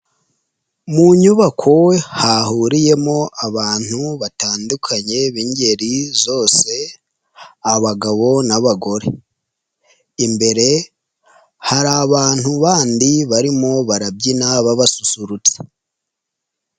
Mu nyubako hahuriyemo abantu batandukanye b'ingeri zose, abagabo n'abagore, imbere hari abantu bandi barimo barabyina baba basusurutsa.